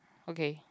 okay